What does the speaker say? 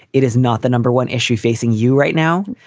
it is not the number one issue facing you right now.